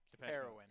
Heroin